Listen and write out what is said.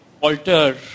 alter